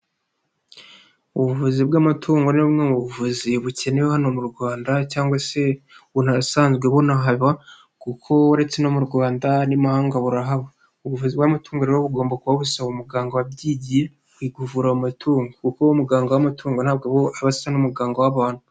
Ubuvuzi bw'amatungo ni bumwe mu buvuzi bukenewe hano mu Rwanda cyangwa se bunasanzwe bunahaba, kuko uretse no mu Rwanda n'i mahanga burahaba. Ubuvuzi bw'amatungo rero bugomba kuba busaba umuganga wabyigiye kuvura mu matungo, kuko umuganga w'amatungo ntabwo asa n'umuganga w'abantu.